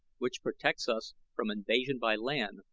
which protects us from invasion by land,